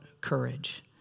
courage